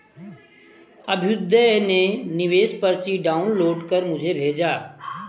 अभ्युदय ने निवेश पर्ची डाउनलोड कर मुझें भेजा